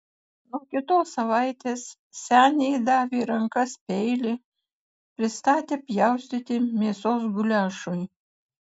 nuo kitos savaitės senį įdavę į rankas peilį pristatė pjaustyti mėsos guliašui